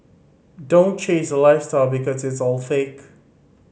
don't chase the lifestyle because it's all fake